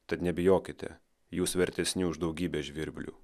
tad nebijokite jūs vertesni už daugybę žvirblių